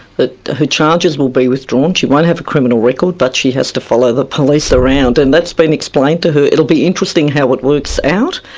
that her charges will be withdrawn, she won't have a criminal record but she has to follow the police around, and that's been explained to her. it'll be interesting how it works out,